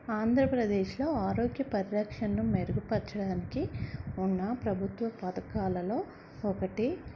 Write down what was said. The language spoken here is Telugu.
ఆంధ్రప్రదేశ్లో ఆరోగ్య పరిరక్షణను మెరుగుపరచడానికి ఉన్న ప్రభుత్వ పథకాలలో ఒకటి